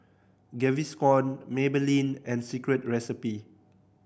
Gaviscon Maybelline and Secret Recipe